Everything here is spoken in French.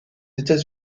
états